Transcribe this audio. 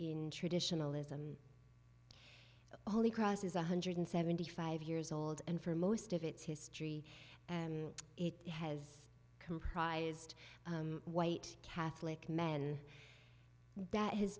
in traditionalism holy cross is one hundred and seventy five years old and for most of its history it has comprised white catholic men that has